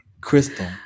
crystal